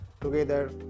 Together